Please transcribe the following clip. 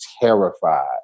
terrified